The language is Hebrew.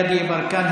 גדי יברקן,